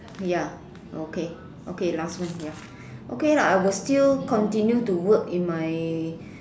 ya okay okay last one ya okay lah I will still continue to work in my